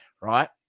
right